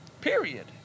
period